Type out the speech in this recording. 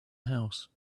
house